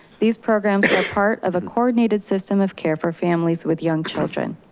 these programs are part of a coordinated system of care for families with young children.